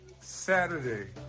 Saturday